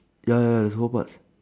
ya ya ya there's a whole march